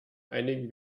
einigen